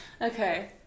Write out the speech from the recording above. Okay